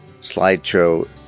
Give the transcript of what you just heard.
slideshow